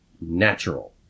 natural